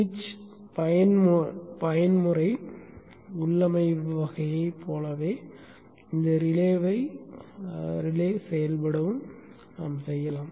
சுவிட்ச் பயன்முறை உள்ளமைவு வகையைப் போலவே இந்த ரிலேவைச் செயல்படவும் செய்யலாம்